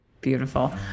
Beautiful